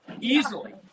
easily